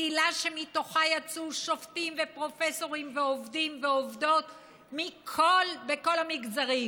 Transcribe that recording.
קהילה שמתוכה יצאו שופטים ופרופסורים ועובדים ועובדות בכל המגזרים,